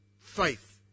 faith